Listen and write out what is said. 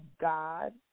God